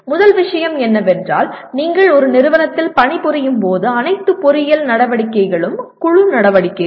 முதல் விஷயம் என்னவென்றால் நீங்கள் ஒரு நிறுவனத்தில் பணிபுரியும் போது அனைத்து பொறியியல் நடவடிக்கைகளும் குழு நடவடிக்கைகள்